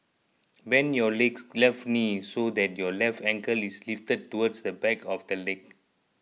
bend your left knee so that your left ankle is lifted towards the back of the leg